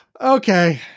Okay